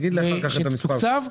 שזה יתוקצב.